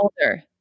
older